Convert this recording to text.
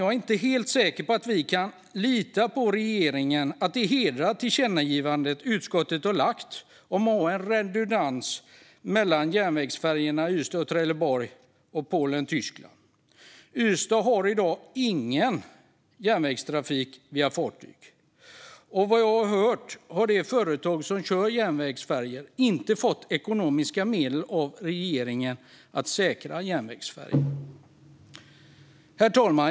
Jag är inte helt säker på att vi kan lita på att regeringen hedrar utskottets tillkännagivande om att ha en redundans i järnvägsfärjorna från Ystad och Trelleborg till Polen och Tyskland. Ystad har i dag ingen järnvägstrafik via fartyg, och vad jag har hört har de företag som kör järnvägsfärjor inte fått ekonomiska medel av regeringen för att säkra järnvägsfärjorna. Herr talman!